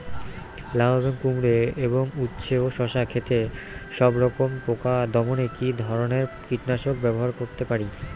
লাউ এবং কুমড়ো এবং উচ্ছে ও শসা ক্ষেতে সবরকম পোকা দমনে কী ধরনের কীটনাশক ব্যবহার করতে পারি?